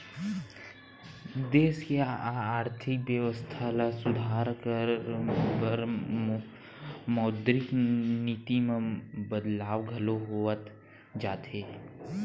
देस के आरथिक बेवस्था ल सुधार करे बर मौद्रिक नीति म बदलाव घलो होवत जाथे